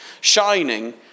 Shining